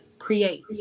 create